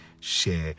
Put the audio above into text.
share